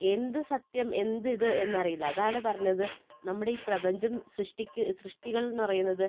എന്ത് സത്യം എന്തിത് എന്നറിയില്ല അതാണ് പറഞ്ഞത് നമ്മുടെ ഈ പ്രപഞ്ചം സൃഷ്ടിക്ക് സൃഷ്ടികൾ എന്ന് പറയുന്നത്